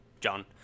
John